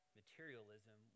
materialism